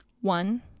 One